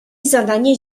zadanie